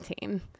team